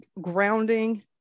grounding